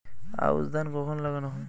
আউশ ধান কখন লাগানো হয়?